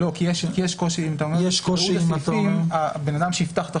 יש קושי אם אתה אומר "יקראו את הסעיפים",